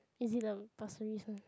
is it the pasir ris one